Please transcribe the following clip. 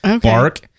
bark